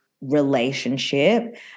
relationship